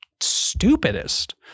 stupidest